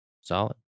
Solid